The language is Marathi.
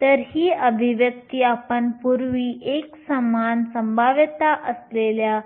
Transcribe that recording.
तर ही अभिव्यक्ती आपण पूर्वी एकसमान संभाव्यता असलेल्या